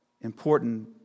important